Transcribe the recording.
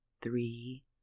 three